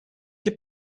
què